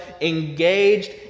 engaged